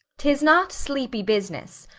tis not sleepy business,